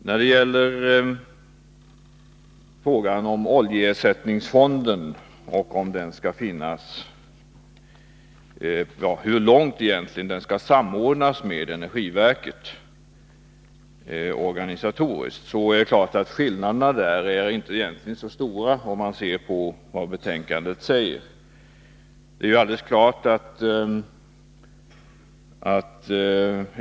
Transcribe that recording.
När det gäller frågan om oljeersättningsfonden och hur långt den skall samordnas med energiverket organisatoriskt är det klart att skillnaderna egentligen inte är så stora, om man ser till vad betänkandet innehåller.